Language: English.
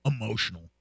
emotional